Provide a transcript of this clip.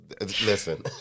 Listen